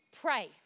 pray